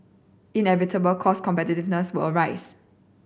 inevitable cost competitiveness would arise